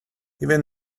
even